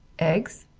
eggs!